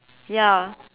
ya